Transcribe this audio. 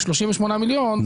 38 מיליון שקל,